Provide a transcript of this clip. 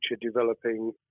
developing